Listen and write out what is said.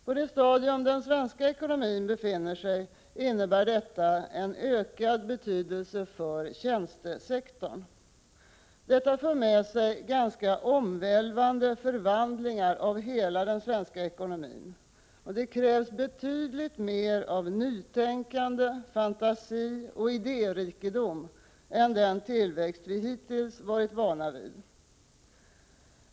På det stadium den svenska ekonomin befinner sig innebär detta en ökad betydelse för tjänstesektorn. Detta för med sig ganska omvälvande förvandlingar av hela den svenska ekonomin. Det krävs betydligt mer av nytänkande, fantasi och idérikedom än den tillväxt vi hittills varit vana vid.